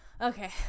Okay